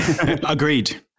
Agreed